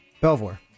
Belvoir